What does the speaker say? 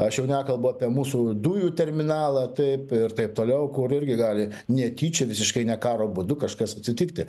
aš jau nekalbu apie mūsų dujų terminalą taip ir taip toliau kur irgi gali netyčia visiškai ne karo būdu kažkas atsitikti